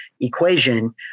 equation